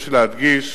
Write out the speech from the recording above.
יש להדגיש